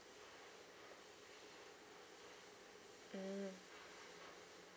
mm